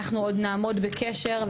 אנחנו עוד נעמוד בקשר.